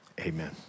amen